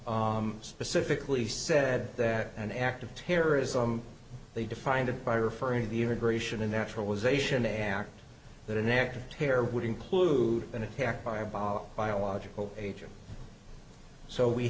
tree specifically said that an act of terrorism they defined it by referring to the immigration and naturalization act that annex terror would include an attack by about biological agent so we